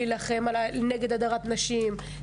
להילחם נגד הדרת נשים,